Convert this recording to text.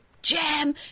Jam